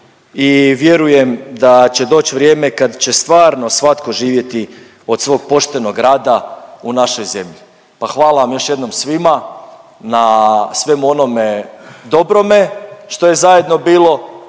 i vjerujem da će doć vrijeme kad će stvarno svatko živjeti od svog poštenog rada u našoj zemlji. Pa hvala vam još jednom svima na svemu onome dobrome što je zajedno bilo